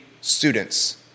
students